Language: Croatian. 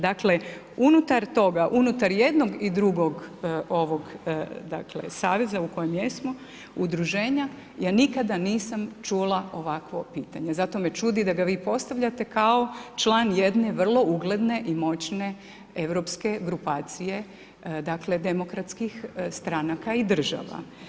Dakle, unutar toga, unutar jednog i drugog ovog saveza u kojem jesmo, udruženja, ja nikada nisam čula ovakvo pitanje zato me čudi da ga vi postavljate kao član jedne vrlo ugledne i moćne europske grupacije, dakle demokratskih stranaka i država.